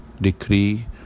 decree